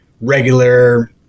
regular